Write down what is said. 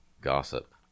gossip